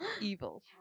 evil